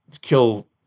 kill